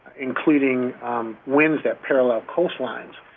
including um winds that parallel coastlines.